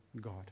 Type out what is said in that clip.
God